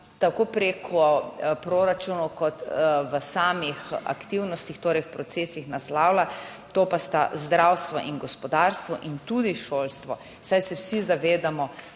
tako preko proračunov kot v samih aktivnostih, torej v procesih, naslavlja, to pa sta zdravstvo in gospodarstvo, pa tudi šolstvo, saj se vsi zavedamo,